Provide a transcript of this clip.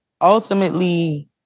Ultimately